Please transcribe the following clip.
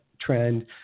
trend